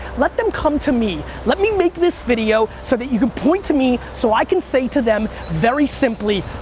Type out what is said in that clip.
let them come to me let me make this video so that you can point to me so i can say to them very simply,